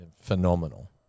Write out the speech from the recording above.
phenomenal